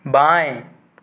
बाएँ